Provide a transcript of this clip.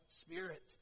spirit